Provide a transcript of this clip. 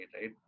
right